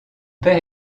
père